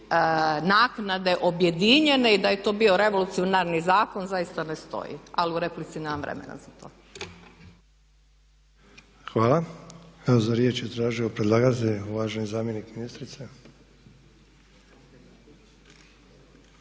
naknade objedinjene i da je to bio revolucionarni zakon zaista ne stoji. Ali u replici nemam vremena za to. **Sanader, Ante (HDZ)** Hvala. Za riječ je tražio predlagatelj, uvaženi zamjenik ministrice.